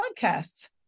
podcasts